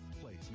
place